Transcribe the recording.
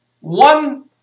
one